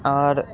और